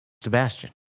Sebastian